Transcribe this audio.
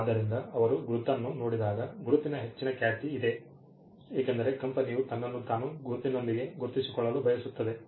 ಆದ್ದರಿಂದ ಅವರು ಗುರುತನ್ನು ನೋಡಿದಾಗ ಗುರುತಿಗೆ ಹೆಚ್ಚಿನ ಖ್ಯಾತಿ ಇದೆ ಏಕೆಂದರೆ ಕಂಪನಿಯು ತನ್ನನ್ನು ತಾನು ಗುರುತಿನೊಂದಿಗೆ ಗುರುತಿಸಿಕೊಳ್ಳಲು ಬಯಸುತ್ತದೆ